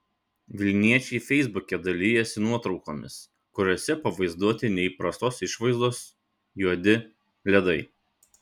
vilniečiai feisbuke dalijasi nuotraukomis kuriose pavaizduoti neįprastos išvaizdos juodi ledai